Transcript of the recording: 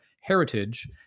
heritage